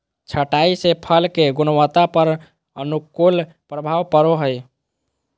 छंटाई से फल के गुणवत्ता पर अनुकूल प्रभाव पड़ो हइ